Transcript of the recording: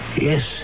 yes